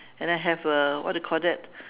and I have a what do you call that